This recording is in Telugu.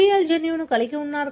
ABL జన్యువును కలిగి ఉన్నారు